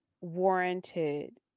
warranted